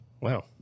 wow